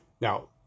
Now